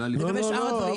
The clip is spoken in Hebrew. לא, לא, לא.